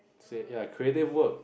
say ya creative work